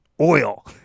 oil